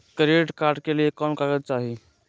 Credit card के लिए कौन कागज चाही?